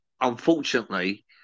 unfortunately